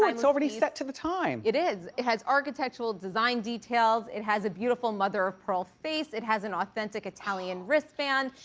like it's already set to the time. it is, it has architectural design details. it has a beautiful mother of pearl face. it has an authentic italian wristband.